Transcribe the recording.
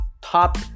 top